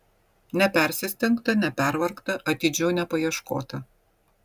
nepersistengta nepervargta atidžiau nepaieškota